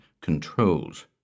controls—